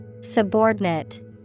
Subordinate